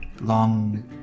Long